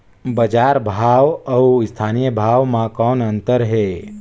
बजार भाव अउ स्थानीय भाव म कौन अन्तर हे?